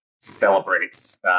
celebrates